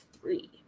three